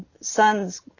sons